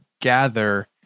gather